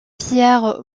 pierre